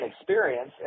experience